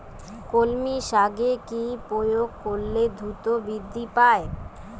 কলমি শাকে কি প্রয়োগ করলে দ্রুত বৃদ্ধি পায়?